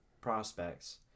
prospects